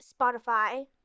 spotify